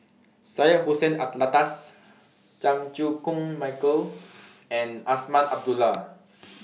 Syed Hussein Alatas Chan Chew Koon Michael and Azman Abdullah